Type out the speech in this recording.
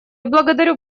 благодарю